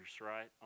right